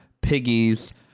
Piggies